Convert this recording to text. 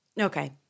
okay